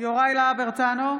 יוראי להב הרצנו,